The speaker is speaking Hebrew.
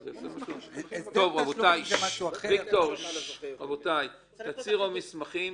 --- רבותיי, תצהיר או מסמכים.